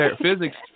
physics